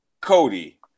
Cody